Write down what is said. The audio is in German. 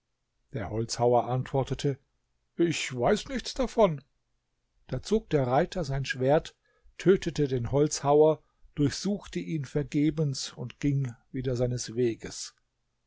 der holzhauer antwortete ich weiß nichts davon da zog der reiter sein schwert tötete den holzhauer durchsuchte ihn vergebens und ging wieder seines weges